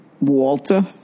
Walter